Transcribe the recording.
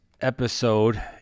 episode